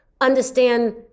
Understand